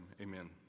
Amen